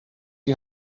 die